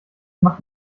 macht